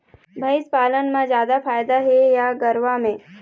भंइस पालन म जादा फायदा हे या गरवा में?